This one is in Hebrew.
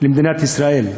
למדינת ישראל.